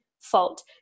fault